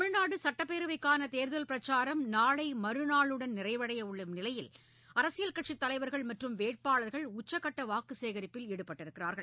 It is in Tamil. தமிழ்நாடு சட்டப்பேரவைக்கான தோதல் பிரச்சாரம் நாளை மறுநாளுடன் நிறைவடையும் நிலையில் அரசியல் கட்சித்தலைவர்கள் மற்றும் வேட்பாளர்கள் உச்சக்கட்ட வாக்கு சேகரிப்பில் ஈடுபட்டுள்ளனர்